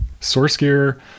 SourceGear